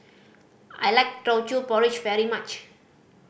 I like Teochew Porridge very much